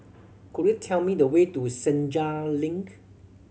could you tell me the way to Senja Link